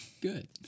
Good